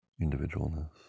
individualness